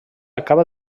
acaba